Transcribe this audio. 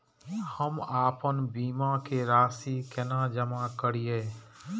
हम आपन बीमा के राशि केना जमा करिए?